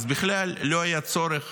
אז בכלל לא היה צורך